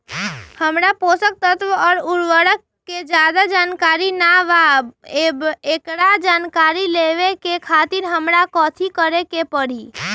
हमरा पोषक तत्व और उर्वरक के ज्यादा जानकारी ना बा एकरा जानकारी लेवे के खातिर हमरा कथी करे के पड़ी?